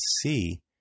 see